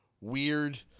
weird